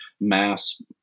mass